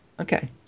okay